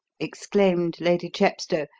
exclaimed lady chepstow,